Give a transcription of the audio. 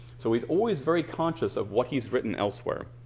so he's always very conscious of what he's written elsewhere.